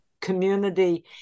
community